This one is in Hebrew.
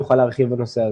יוכל להרחיב בנושא הזה.